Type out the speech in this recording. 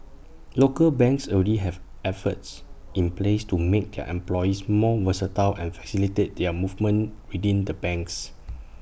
local banks already have efforts in place to make their employees more versatile and facilitate their movements within the banks